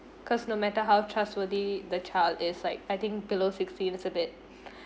cause no matter how trustworthy the child is like I think below sixteen is a bit